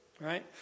Right